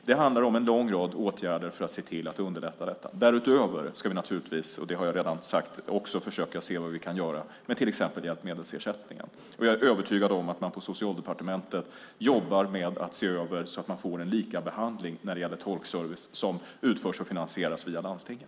Det handlar om en lång rad åtgärder för att se till att underlätta detta. Därutöver ska vi naturligtvis, och det har jag redan sagt, också försöka se vad vi kan göra med till exempel hjälpmedelsersättningen. Jag är övertygad om att man på Socialdepartementet jobbar med att se över detta så att vi får en likabehandling när det gäller tolkservice som utförs och finansieras via landstinget.